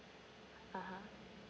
(uh huh)